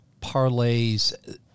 parlays